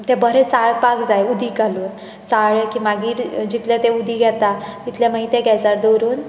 तें बरें चाळपाक जाय उदीक घालून चाळ्ळें की मागीर जितलें तें उदीक येता तितलें मागी तें गेसार दोवरून